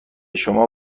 شما